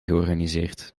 georganiseerd